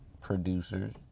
producers